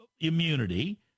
immunity